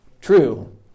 true